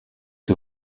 que